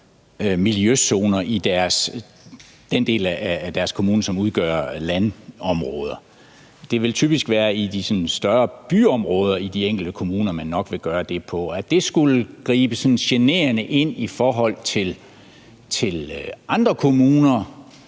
miljøzoner i den del af deres kommune, som udgøres af landområder. Det vil typisk være i de sådan større byområder i de enkelte kommuner, at man nok vil gøre det. At det skulle gribe sådan generende ind i forhold til andre kommuner,